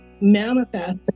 manifest